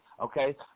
okay